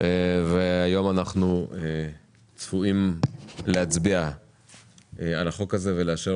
ואנחנו צפויים היום להצביע על החוק ולאשר